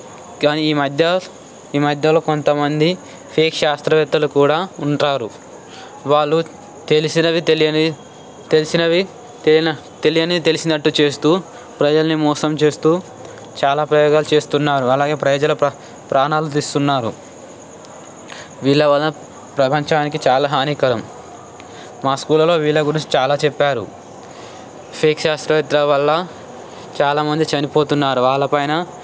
కానీ ఈమధ్య ఈ మధ్యలో కొంతమంది ఫేక్ శాస్త్రవేత్తలు కూడా ఉంటారు వాళ్ళు తెలిసినవి తెలియని తెలిసినవి తెలిసిన తెలియనే తెలిసినట్టు చేస్తూ ప్రజల్ని మోసం చేస్తూ చాలా ప్రయోగాలు చేస్తున్నారు అలాగే ప్రజల ప్రాణాలు తీస్తున్నారు వీళ్ళ వలన ప్రపంచానికి చాలా హానికరం మా స్కూల్లో వీళ్ళ గురించి చాలా చెప్పారు ఫేక్ శాస్త్రవేత్తలు వల్ల చాలామంది చనిపోతున్నారు వాళ్ళపైన